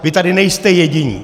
Vy tady nejste jediní!